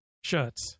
shirts